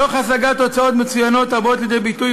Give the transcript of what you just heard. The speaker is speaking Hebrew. תוך השגת תוצאות מצוינות הבאות לידי ביטוי